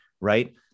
right